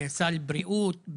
בסל הבריאות,